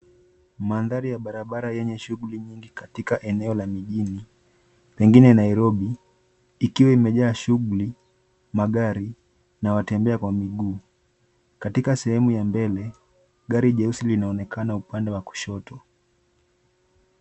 Mandhari ya barabara yenye shughuli nyingi katika eneo la mijini pengine Nairobi, ikiwa imejaa shughuli, magari na watembea kwa miguu. Katika sehemu ya mbele, gari jeusi linaonekana upande wa kushoto.